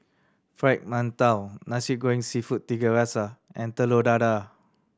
Fried Mantou Nasi Goreng Seafood Tiga Rasa and Telur Dadah